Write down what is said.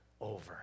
over